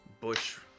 bush